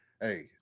Hey